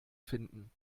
finden